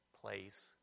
place